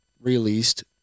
released